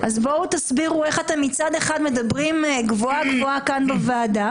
אז בואו תסבירו איך אתם מצד אחד מדברים גבוהה-גבוהה כאן בוועדה,